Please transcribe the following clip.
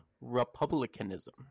republicanism